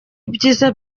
ibyiza